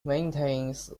maintains